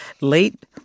late